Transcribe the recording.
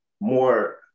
More